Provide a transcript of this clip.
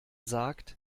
sagt